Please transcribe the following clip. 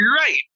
right